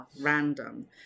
random